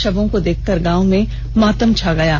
शवों को देखकर गांवा में मातम छा गयी